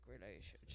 relationship